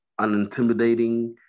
unintimidating